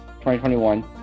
2021